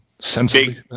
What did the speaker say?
sensibly